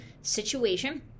situation